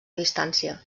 distància